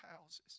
houses